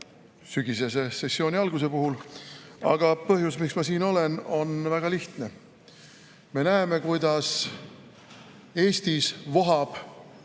sügissessiooni alguse puhul. Aga põhjus, miks ma siin olen, on väga lihtne. Me näeme, kuidas Eestis vohab